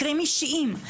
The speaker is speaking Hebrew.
מקרים אישיים,